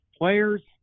players